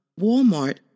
Walmart